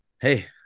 hey